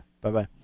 Bye-bye